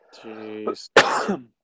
Jeez